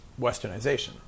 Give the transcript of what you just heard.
Westernization